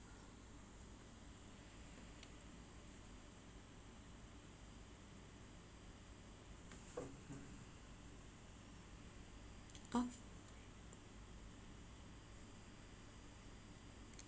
ah